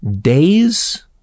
days